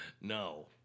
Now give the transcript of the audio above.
No